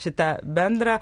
šį tą bendrą